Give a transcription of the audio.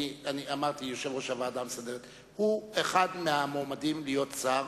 אני אמרתי: יושב-ראש הוועדה המסדרת שהוא אחד המועמדים להיות שר,